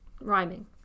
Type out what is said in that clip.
rhyming